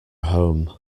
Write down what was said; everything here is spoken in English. home